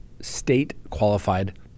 state-qualified